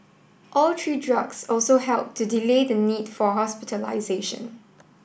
all three drugs also helped to delay the need for hospitalisation